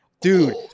Dude